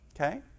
Okay